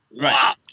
right